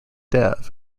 dev